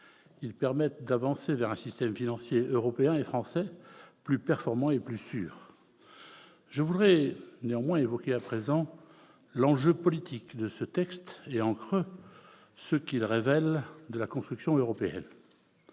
Ils permettent d'avancer vers un système financier européen et français plus performant et plus sûr. Je voudrais néanmoins évoquer à présent l'enjeu politique de ce texte et, en creux, ce qu'il révèle de la construction européenne.